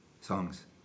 songs